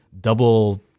double